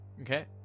Okay